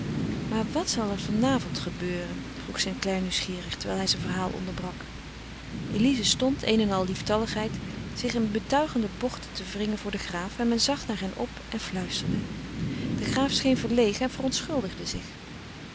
maar wat zal er vanavond gebeuren vroeg st clare nieuwsgierig terwijl hij zijn verhaal onderbrak elize stond een en al lieftalligheid zich in betuigende bochten te wringen voor den graaf en men zag naar hen op en fluisterde de graaf scheen verlegen en verontschuldigde zich